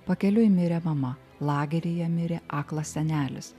pakeliui mirė mama lageryje mirė aklas senelis